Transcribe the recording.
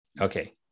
Okay